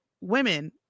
Women